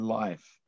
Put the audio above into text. life